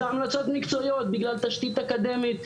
זה המלצות מקצועיות בגלל תשתית אקדמית,